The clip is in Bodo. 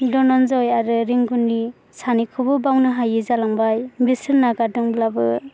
धनन्जय आरो रेंगुननि सानैखौबो बावनो हायि जालांबाय बिसोर नागारदोंब्लाबो